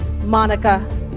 Monica